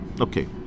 okay